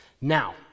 Now